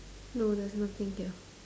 no there's nothing here